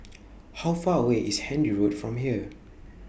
How Far away IS Handy Road from here